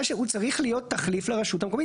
הוא צריך להיות תחליף לרשות המקומית.